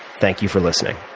thank you for listening